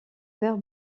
vert